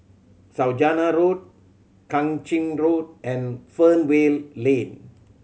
Saujana Road Kang Ching Road and Fernvale Lane